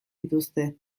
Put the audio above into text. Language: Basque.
dituzte